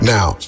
Now